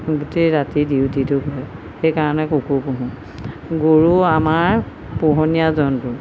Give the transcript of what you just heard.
গোটেই ৰাতি ডিউটিতো ঘূৰে সেইকাৰণে কুকুৰ পোহোঁ গৰু আমাৰ পোহনীয়া জন্তু